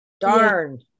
darn